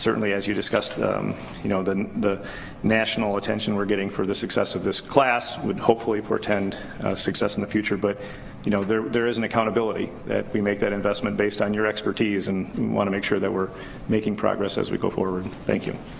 certainly as you discussed you know the the national attention we're getting for the success of this class, would hopefully portend success in the future, but you know there there is an accountability that we make that investment based on your expertise and wanna make sure that we're making progress as we go forward. thank you.